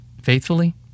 faithfully